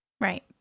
Right